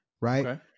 right